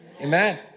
Amen